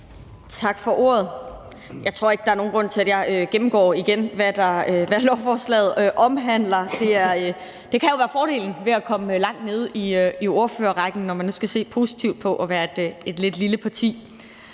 Tak for ordet. Jeg tror ikke, der er nogen grund til, at jeg gennemgår igen, hvad lovforslaget omhandler. Det kan jo være fordelen ved at komme langt nede i ordførerrækken – hvis man nu skal se positivt på at være et lidt lille parti.